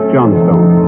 Johnstone